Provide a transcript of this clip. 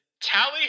Tally